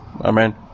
Amen